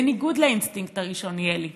בניגוד לאינסטינקט הראשוני, אלי,